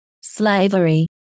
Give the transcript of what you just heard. Slavery